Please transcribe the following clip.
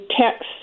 text